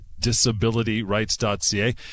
disabilityrights.ca